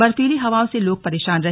बर्फीली हवाओं से लोग परेशान रहे